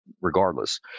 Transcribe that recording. regardless